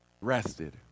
Rested